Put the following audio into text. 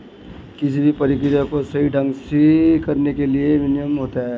किसी भी प्रक्रिया को सही ढंग से करने के लिए भी विनियमन होता है